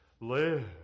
live